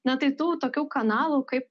na tai tų tokių kanalų kaip